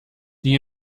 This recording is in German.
die